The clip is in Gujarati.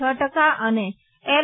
છ ટકા અને એલ